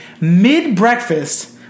mid-breakfast